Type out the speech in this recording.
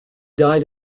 died